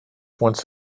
once